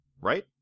right